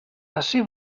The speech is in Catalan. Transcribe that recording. ací